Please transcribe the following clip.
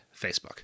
facebook